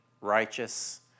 righteous